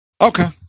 Okay